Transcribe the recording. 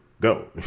go